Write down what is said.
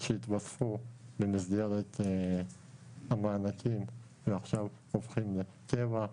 שהתווספו במסגרת המענקים ועכשיו הופכים לקבע,